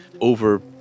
over